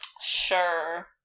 Sure